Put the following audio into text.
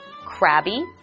crabby